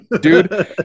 dude